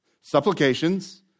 Supplications